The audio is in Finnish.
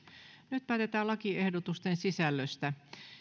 nyt päätetään lakiehdotusten sisällöstä